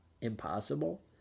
impossible